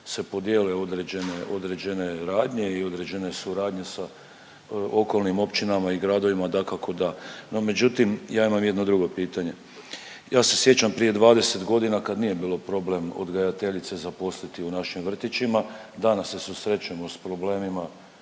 određene, određene radnje i određene suradnje sa okolnim općinama i gradovima dakako da. No međutim ja imam jedno drugo pitanje. Ja se sjećam prije 20 godina kad nije bilo problem odgajateljice zaposliti u našim vrtićima. Danas se susrećemo s problemima